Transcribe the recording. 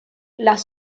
las